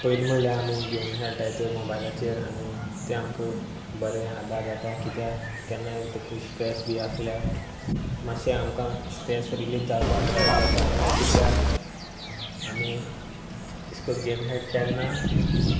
पयलीं म्हणल्यार आमी गेम खेळटात त्यो मोबायलाचेर आनी ते आमकां बरें आदार जाता कित्याक केन्नाय तुका स्ट्रेस बी आसल्यार मातशें आमकां स्ट्रेस रिलीज जावपाक हेल्प जाता कित्याक आमी अशे करून गेम खेळटा तेन्ना